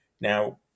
Now